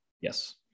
Yes